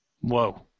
Whoa